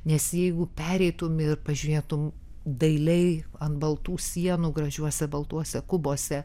nes jeigu pereitum ir pažiūrėtum dailiai ant baltų sienų gražiuose baltuose kubuose